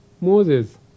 Moses